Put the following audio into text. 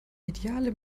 ideale